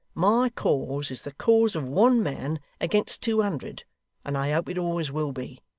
my cause is the cause of one man against two hundred and i hope it always will be